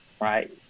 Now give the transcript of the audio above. right